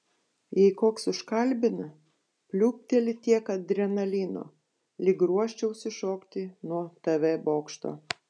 jei koks užkalbina pliūpteli tiek adrenalino lyg ruoščiausi šokti nuo tv bokšto